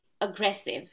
aggressive